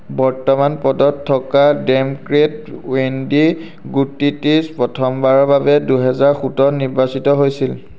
বৰ্তমান পদত থকা ডেম'ক্ৰেট ৱেণ্ডি গুডিটিছ প্ৰথমবাৰৰ বাবে দুহেজাৰ সোতৰত নিৰ্বাচিত হৈছিল